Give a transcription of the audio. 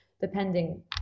depending